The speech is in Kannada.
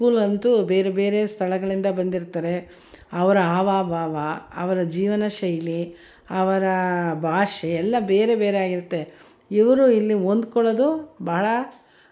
ಹೈಸ್ಕೂಲ್ ಅಂತೂತು ಬೇರೆ ಬೇರೆ ಸ್ಥಳಗಳಿಂದ ಬಂದಿರ್ತಾರೆ ಅವರ ಹಾವ ಭಾವ ಅವರ ಜೀವನ ಶೈಲಿ ಅವರ ಭಾಷೆ ಎಲ್ಲ ಬೇರೆ ಬೇರೆ ಆಗಿರುತ್ತೆ ಇವರು ಇಲ್ಲಿ ಹೊಂದ್ಕೊಳ್ಳೋದು ಭಾಳ